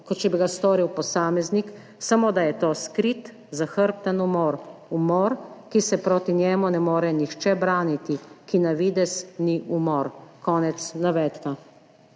kot če bi ga storil posameznik, samo da je to skrit, zahrbten umor. Umor, ki se proti njemu ne more nihče braniti, ki na videz ni umor.« Konec navedka.